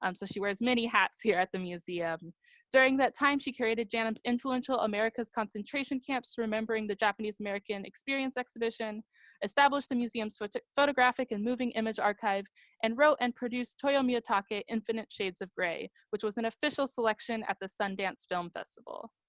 um so she wears many hats here at the museum during that time she curated janm influential america's concentration camps remembering the japanese american experience' exhibition established the museum's photographic and moving image archive and wrote and produced toyo miyatake infinite shades of grey' which was an official selection at the sundance film festival.